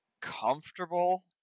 Comfortable